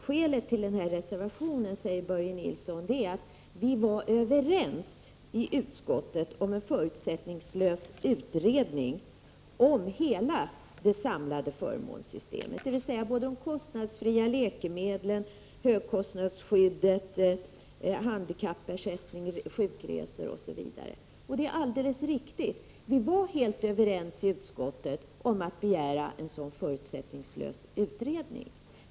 Skälet till den reservationen, säger Börje Nilsson, är att vi var överens i utskottet om en förutsättningslös utredning om hela det samlade förmånssystemet, dvs. de kostnadsfria läkemedlen, högkostnadsskyddet, handikappersättningen, sjukresor osv. Det är alldeles riktigt. Vi var helt överens i utskottet om att begära en sådan förutsättningslös utredning.